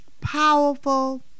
powerful